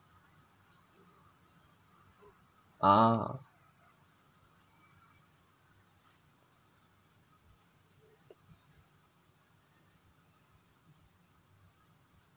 a'ah